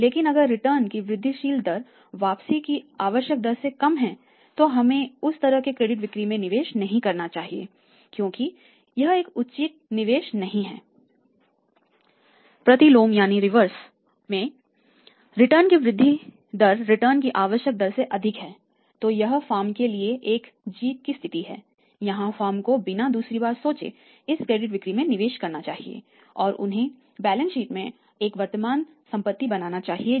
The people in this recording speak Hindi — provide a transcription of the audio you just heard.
लेकिन अगर रिटर्न की वृद्धिशील दर वापसी की आवश्यक दर से कम है तो हमें उस तरह की क्रेडिट बिक्री में निवेश नहीं करना चाहिए क्योंकि यह एक उचित निवेश अधिकार नहीं है